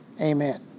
amen